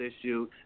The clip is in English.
issue